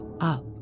up